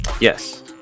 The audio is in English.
Yes